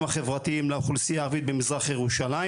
החברתיים לאוכלוסייה הערבית במזרח ירושלים,